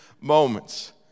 moments